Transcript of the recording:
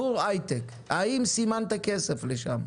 האם סימנת כסף לטובת זה?